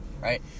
right